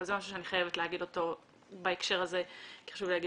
אבל זה משהו שאני חייבת להגיד אותו בהקשר הזה כי זה חשוב לי.